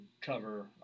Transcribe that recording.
cover